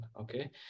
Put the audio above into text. Okay